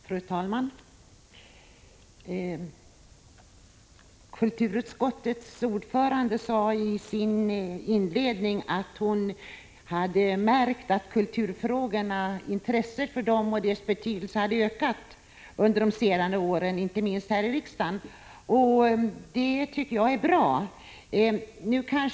Fru talman! Kulturutskottets ordförande sade i sitt inledningsanförande att hon hade märkt att intresset för kulturfrågorna ökat under de senaste åren, inte minst här i riksdagen. Det tycker jag är bra.